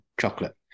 chocolate